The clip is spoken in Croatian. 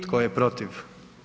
Tko je protiv?